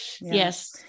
Yes